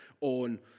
on